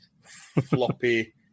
floppy